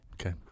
Okay